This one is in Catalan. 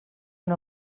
una